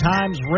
Times